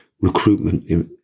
recruitment